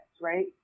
right